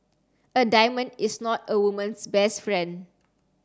a diamond is not a woman's best friend